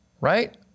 right